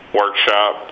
workshop